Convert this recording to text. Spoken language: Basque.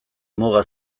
muga